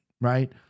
Right